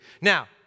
Now